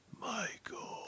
Michael